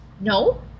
no